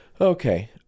Okay